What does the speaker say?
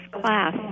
class